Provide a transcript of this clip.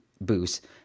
boost